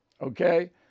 okay